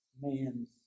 man's